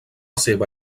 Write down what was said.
seva